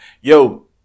yo